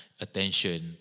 attention